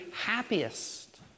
happiest